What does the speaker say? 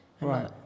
Right